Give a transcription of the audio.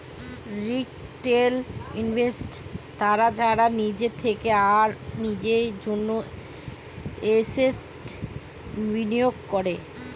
retail investors তারা যারা নিজের থেকে আর নিজের জন্য এসেটস বিনিয়োগ করে